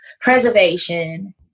preservation